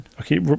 Okay